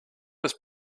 was